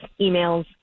emails